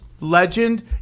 legend